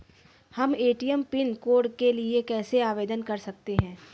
हम ATM pin code के लिए कैसे आवेदन कर सकते हैं?